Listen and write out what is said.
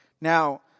Now